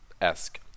esque